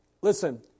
listen